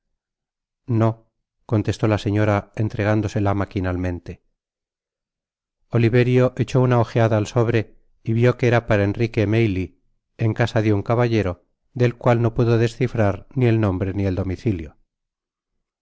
no contesto la señora entregándosela maquinalmente oliverio echó una ojeada al sobre y vió que era para enrique maylie en casa de un caballero del cual no pudo descifrar ni el nombre ni el domicilia